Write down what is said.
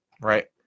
right